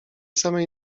samej